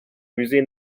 musée